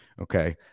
Okay